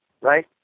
right